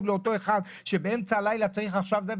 לאותו אחד שבאמצע הלילה צריך עכשיו זה,